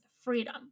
freedom